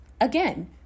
Again